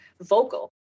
vocal